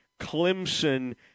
Clemson